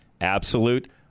Absolute